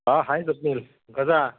आं हाय स्वप्नील कसो आहा